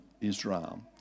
Israel